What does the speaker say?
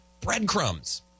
breadcrumbs